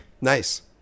Nice